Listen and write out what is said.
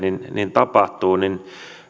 tapahtuu niin